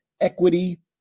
equity